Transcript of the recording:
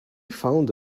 found